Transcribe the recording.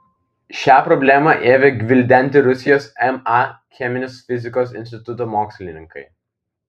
šią problemą ėmė gvildenti rusijos ma cheminės fizikos instituto mokslininkai